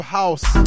house